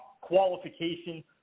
qualification